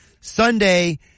Sunday